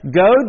go